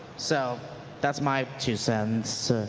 so that's my two cents.